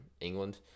England